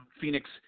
Phoenix